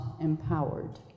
empowered